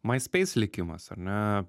myspace likimas ar ne